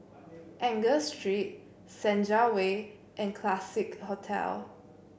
Angus Street Senja Way and Classique Hotel